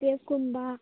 ꯀꯨꯝꯕ